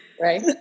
right